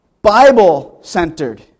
Bible-centered